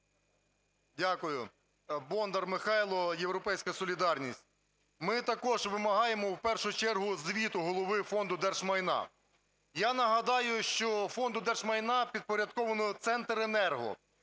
Дякую. Бондар Михайло, "Європейська солідарність". Ми також вимагаємо в першу чергу звіту Голови Фонду держмайна. Я нагадаю, що Фонду держмайна підпорядковано Центренерго.